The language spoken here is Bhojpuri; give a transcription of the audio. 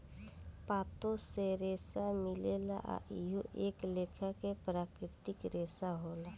पातो से रेसा मिलेला आ इहो एक लेखा के प्राकृतिक रेसा होला